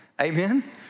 amen